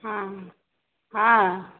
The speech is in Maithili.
हँ हँ